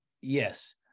Yes